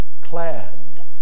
clad